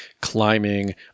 climbing